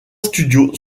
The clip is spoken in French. studios